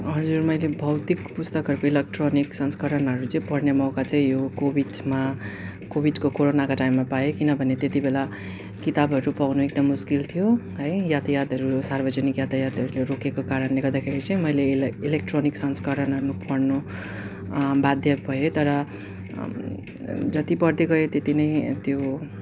हजुर मैले भौतिक पुस्तकहरूको इलेक्ट्रोनिक संस्करणहरू चाहिँ पढ्ने मौका चाहिँ यो कोभिडमा कोभिडको कोरोनाको टाइममा पाएँ किनभने त्यति बेला किताबहरू पाउन एकदम मुस्किल थियो है यातायतहरू सार्वजनिक यातायातहरूले रोकिएको कारणले गर्दाखेरि चाहिँ मैले यसलाई इलेक्ट्रोनिक संस्करणहरू म पढ्न बाध्य भएँ तर जति पढ्दै गएँ त्यति नै त्यो